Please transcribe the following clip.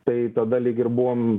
tai tada lyg ir buvom